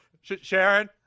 Sharon